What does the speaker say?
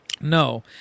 no